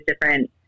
different